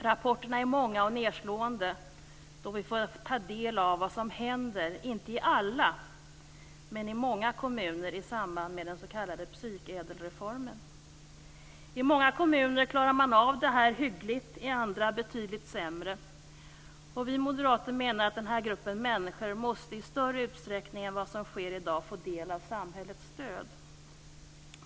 Rapporterna är många och nedslående. Vi får ta del av vad som händer inte i alla men väl i många kommuner i samband med den s.k. psykädelreformen. I många kommuner klarar man av detta hyggligt, i andra betydligt sämre. Vi moderater menar att den här gruppen människor i större utsträckning än som i dag är fallet måste få del av samhällets stöd.